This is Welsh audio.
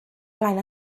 flaen